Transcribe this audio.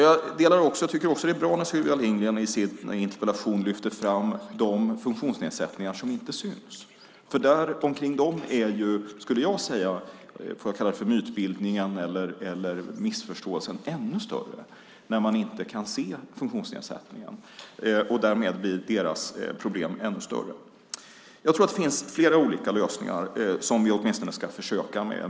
Jag tycker också att det är bra att Sylvia Lindgren i sin interpellation lyfter fram de funktionsnedsättningar som inte syns. Mytbildningen eller missförståelsen är ännu större när man inte kan se funktionsnedsättningen. Därmed blir deras problem ännu större. Jag tror att det finns flera olika lösningar som vi åtminstone ska försöka med.